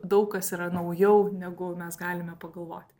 daug kas yra naujau negu mes galime pagalvoti